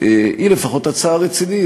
היא לפחות הצעה רצינית.